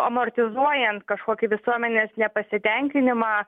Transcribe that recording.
amortizuojant kažkokį visuomenės nepasitenkinimą